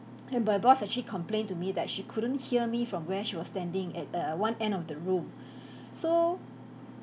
and by boss actually complained to me that she couldn't hear me from where she was standing at err one end of the room so